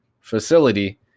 facility